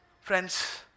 Friends